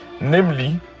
namely